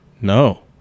no